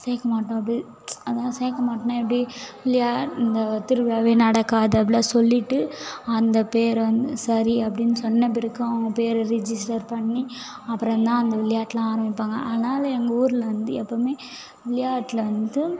சேர்க்கமாட்டோம் அப்படி அதுதான் சேர்க்கமாட்டோம்னா எப்படி விளையா இந்த திருவிழாவே நடக்காது அப்படிலாம் சொல்லிவிட்டு அந்த பேரை வந்து சரி அப்படின்னு சொன்ன பிறகு அவங்க பேரை ரிஜிஸ்டர் பண்ணி அப்புறம் தான் அந்த விளையாட்டெலாம் ஆரம்பிப்பாங்க அதனால் எங்கள் ஊரில் வந்து எப்போதுமே விளையாட்டில் வந்து